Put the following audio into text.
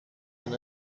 can